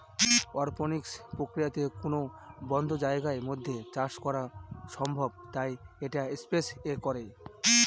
অরপনিক্স প্রক্রিয়াতে কোনো বদ্ধ জায়গার মধ্যে চাষ করা সম্ভব তাই এটা স্পেস এ করে